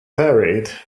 buried